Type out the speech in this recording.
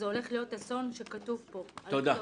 אז זה הולך להיות אסון שכתוב פה על הקיר.